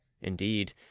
indeed